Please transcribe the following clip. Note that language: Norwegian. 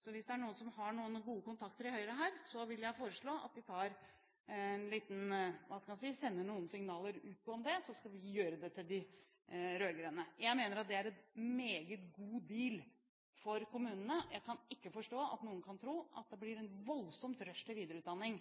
Så hvis det er noen som har noen gode kontakter i Høyre her, vil jeg foreslå at de sender noen signaler ut om det, og så skal vi gjøre det til de rød-grønne. Jeg mener at det er en meget god «deal» for kommunene. Jeg kan ikke forstå at noen kan tro at det blir et voldsomt rush til videreutdanning